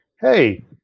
hey